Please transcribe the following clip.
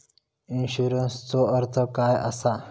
इन्शुरन्सचो अर्थ काय असा?